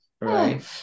right